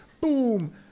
Boom